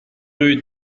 rue